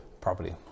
property